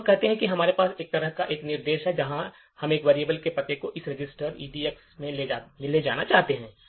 तो हम कहें कि हमारे पास इस तरह का एक निर्देश है जहाँ हम एक variable के पते को इस रजिस्टर EDX में ले जाना चाहते हैं